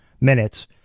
minutes